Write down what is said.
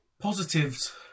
Positives